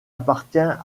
appartient